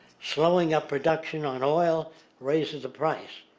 slowing up production on oil raises the price.